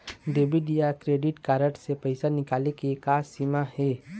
Debit या credit card से पैसा निकाले के का सीमा हे?